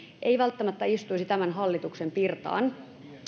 ei välttämättä istuisi tämän hallituksen pirtaan